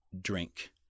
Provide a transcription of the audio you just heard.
drink